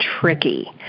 tricky